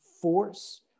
force